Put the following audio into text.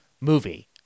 movie